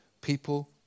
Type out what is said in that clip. people